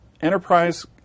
enterprise